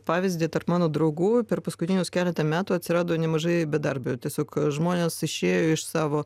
pavyzdį tarp mano draugų per paskutinius keletą metų atsirado nemažai bedarbių tiesiog žmonės išėjo iš savo